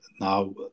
Now